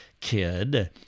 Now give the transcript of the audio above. kid